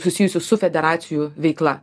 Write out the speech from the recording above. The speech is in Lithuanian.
susijusius su federacijų veikla